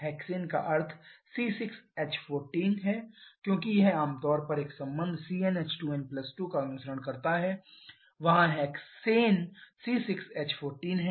hexane का अर्थ है C6 H14 क्योंकि यह आम तौर पर एक संबंध Cn H2n2 का अनुसरण करता है वहां हेक्सेन C6 H14 है